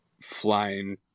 flying